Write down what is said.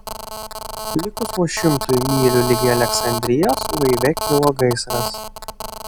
likus vos šimtui mylių ligi aleksandrijos laive kilo gaisras